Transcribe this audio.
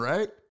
Right